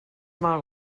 mal